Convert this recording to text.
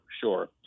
Sure